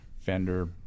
Fender